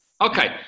Okay